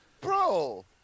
Bro